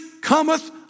cometh